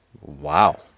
Wow